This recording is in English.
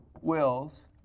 wills